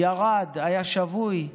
הוא ירד, היה שבוי.